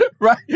right